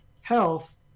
health